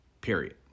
period